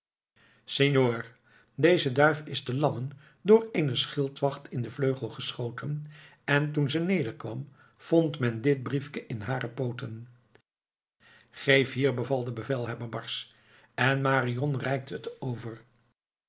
senor deze duif is te lammen door eenen schildwacht in den vleugel geschoten en toen ze nederkwam vond men dit briefke in hare pooten geef hier beval de bevelhebber barsch en marion reikte het over